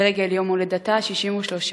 לרגל יום הולדתה ה-63,